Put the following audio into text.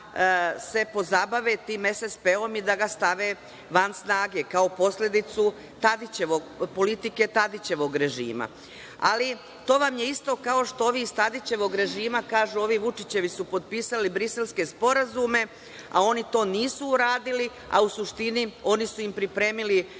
da se pozabave tim SSP-om i da ga stave van snage kao posledicu politike Tadićevog režima. Ali, to vam je isto kao što ovi iz Tadićevog režima kažu – ovi Vučićevi su potpisali briselske sporazume, a oni to nisu uradili, a u suštini oni su im pripremili teren